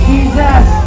Jesus